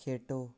खेढो